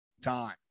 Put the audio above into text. time